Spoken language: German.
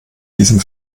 diesem